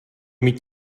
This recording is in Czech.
mít